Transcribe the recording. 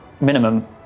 minimum